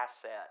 asset